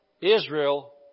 Israel